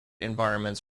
environments